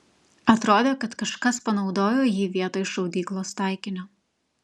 atrodė kad kažkas panaudojo jį vietoj šaudyklos taikinio